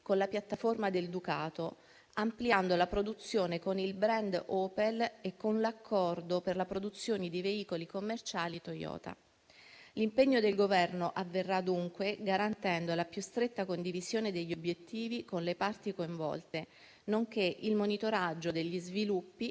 con la piattaforma di Ducato, ampliando la produzione con il *brand* Opel e con l'accordo per la produzione di veicoli commerciali Toyota. L'impegno del Governo avverrà, dunque, garantendo la più stretta condivisione degli obiettivi con le parti coinvolte, nonché il monitoraggio degli sviluppi